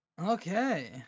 Okay